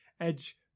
Edge